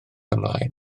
ymlaen